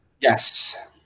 Yes